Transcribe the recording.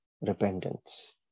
repentance